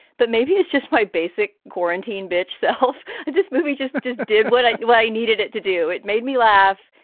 but maybe it's just my basic quarantine bitch self. this movie just just did what i what i needed it to do. it made me laugh.